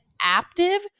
active